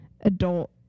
adult